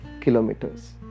Kilometers